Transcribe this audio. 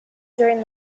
during